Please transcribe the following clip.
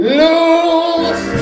lose